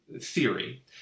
theory